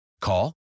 Call